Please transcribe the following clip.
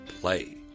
play